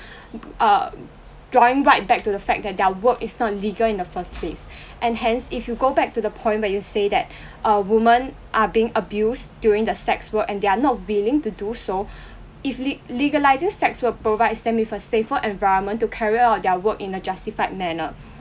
uh drawing right back to the fact that their work is not legal in the first place and hence if you go back to the point where you said that uh women are being abused during the sex work and they're not willing to do so if le~ legalising sex will provides them with a safer environment to carry out their work in a justified manner